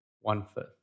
one-fifth